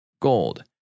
Gold